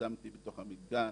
ושמתי אותם במתקן,